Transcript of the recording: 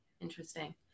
Interesting